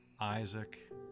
Isaac